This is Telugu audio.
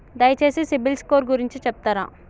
దయచేసి సిబిల్ స్కోర్ గురించి చెప్తరా?